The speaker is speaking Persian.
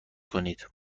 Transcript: کنید